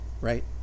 right